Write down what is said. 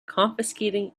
confiscating